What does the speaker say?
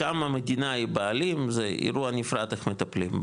שם המדינה היא הבעלים, זה אירוע נפרד איך מטפלים.